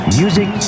music